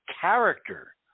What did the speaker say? character